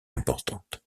importantes